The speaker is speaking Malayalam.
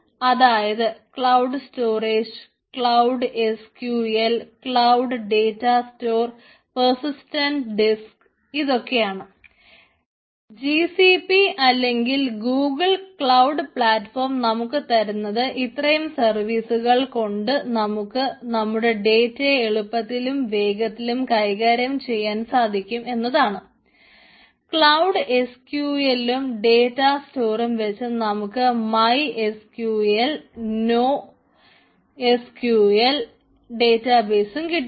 അതായത് cloud storage cloud S Q L cloud data store persistent disk ഡേറ്റബേസും കിട്ടുന്നു